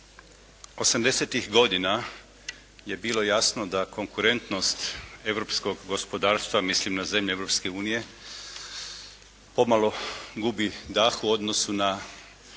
80-tih godina je bilo jasno da konkurentnost europskog gospodarstva, mislim na zemlje Europske unije pomalo gubi dah u odnosu na